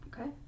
okay